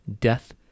Death